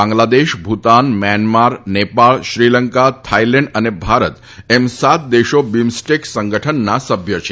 Bangladesh Bhutan Myanmar Nepal Sri Lanka Thailand અને ભારત એમ સાત દેશો બીમસ્ટેક સંગઠનના સભ્યો છે